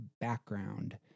background